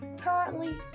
currently